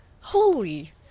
Holy